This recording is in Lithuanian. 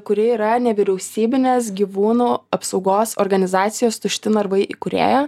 kuri yra nevyriausybinės gyvūnų apsaugos organizacijos tušti narvai įkūrėja